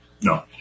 No